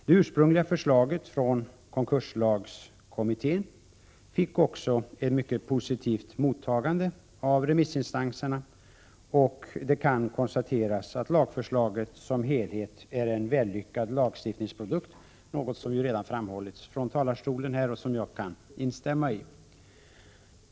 Det ursprungliga förslaget från konkurslagskommittén fick också ett mycket positivt mottagande av remissinstanserna. Det kan konstateras att förslaget som helhet är en vällyckad lagstiftningsprodukt, något som redan har framhållits från talarstolen och som jag kan instämma i.